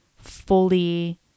fully